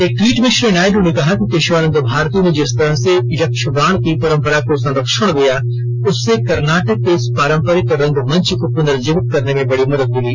एक ट्वीट में श्री नायडू ने कहा कि केशवानंद भारती ने जिस तरह से यक्षगान की परंपरा को संरक्षण दिया उससे कर्नाटक के इस पारंपरिक रंगमंच को पुनर्जीवित करने में बड़ी मदद मिली